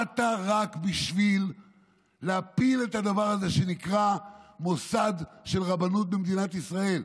באת רק בשביל להפיל את הדבר הזה שנקרא מוסד הרבנות במדינת ישראל.